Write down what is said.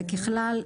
ככלל,